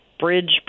Bridge